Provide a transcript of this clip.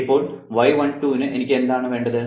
ഇപ്പോൾ y12 ന് എനിക്ക് എന്താണ് വേണ്ടത്